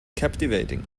captivating